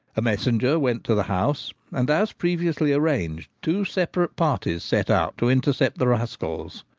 a messenger went to the house, and, as previously arranged, two separate parties set out to intercept the rascals.